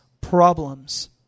problems